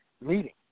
meeting